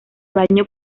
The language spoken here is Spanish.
baño